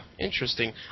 Interesting